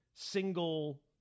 Single